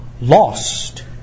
lost